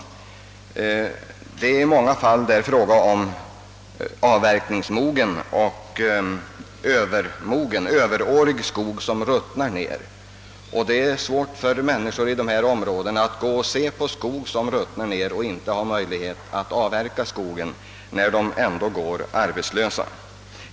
Skogsbestånden består i stor utsträckning av avverkningsmogen och överårig skog som t.o.m. ruttnar ned. Det är svårt för människorna i dessa områden att åse detta utan att ha möjlighet att avverka skogen, när de ändå går arbetslösa.